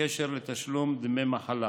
בקשר לתשלום דמי מחלה.